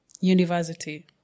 university